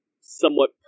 somewhat